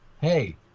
hey